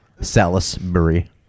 Salisbury